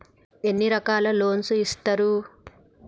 ఎన్ని రకాల లోన్స్ ఇస్తరు?